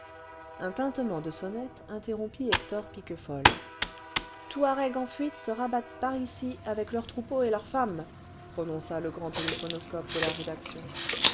un tintement de sonnette interrompit hector piquefol touaregs en fuite se rabattent par ici avec leurs troupeaux et leurs femmes prononça le grand téléphonoscope de la rédaction